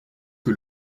que